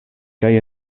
kaj